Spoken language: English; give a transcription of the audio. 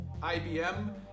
IBM